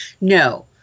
No